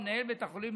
מנהל בית החולים,